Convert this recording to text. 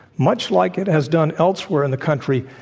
much like it has done elsewhere in the country,